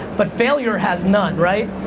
but failure has none, right?